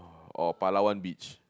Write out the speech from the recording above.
or Palawan beach